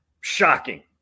Shocking